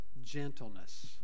gentleness